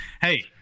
Hey